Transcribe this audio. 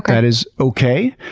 that is okay.